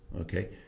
Okay